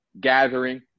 gathering